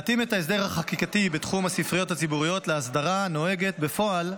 להתאים את ההסדר החקיקתי בתחום הספריות הציבוריות לאסדרה הנוהגת בפועל,